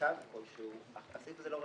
מוטב כלשהו, הסעיף הזה לא רלוונטי.